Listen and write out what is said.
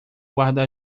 guarda